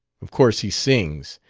of course he sings.